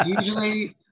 usually